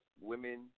women